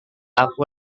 aku